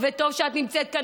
וטוב שאת נמצאת כאן,